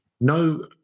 No